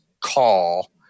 call